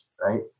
Right